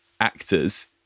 actors